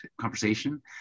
conversation